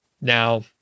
Now